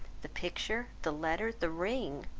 the picture, the letter, the ring,